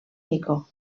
mico